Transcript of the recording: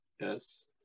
Yes